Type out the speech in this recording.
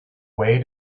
way